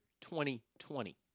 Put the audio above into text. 2020